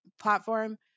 platform